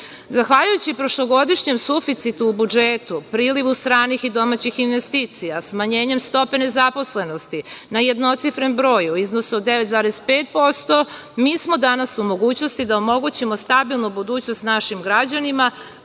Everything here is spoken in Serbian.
stalno. Zahvaljujući prošlogodišnjem suficitu u budžetu, prilivu stranih i domaćih investicija, smanjenjem stope nezaposlenosti na jednocifren broj u iznosu od 9,5% mi smo danas u mogućnosti da omogućimo stabilnu budućnost našim građanima